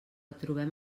trobem